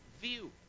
view